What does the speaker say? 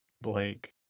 Blake